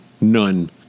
None